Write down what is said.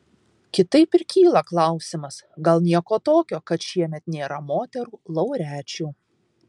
kitaip ir kyla klausimas gal nieko tokio kad šiemet nėra moterų laureačių